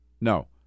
No